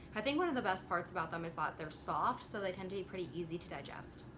i think one of the best parts about them is that they're soft so they tend to be pretty easy to digest.